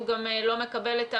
הוא גם לא מקבל את המענק.